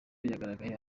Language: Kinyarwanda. yagaragaye